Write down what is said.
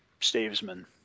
stavesman